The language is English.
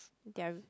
their